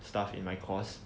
stuff in my course